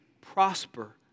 prosper